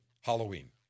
Halloween